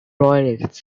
royalists